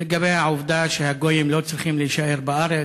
לגבי העובדה שהגויים לא צריכים להישאר בארץ,